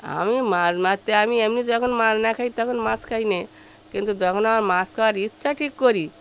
আমি মাছ মারতে আমি এমনি যখন মাছ না খাই তখন মাছ খাই না কিন্তু যখন আমার মাছ খাওয়ার ইচ্ছা ঠিক করি